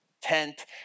tent